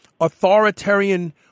authoritarian